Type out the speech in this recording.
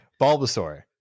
Bulbasaur